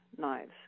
knives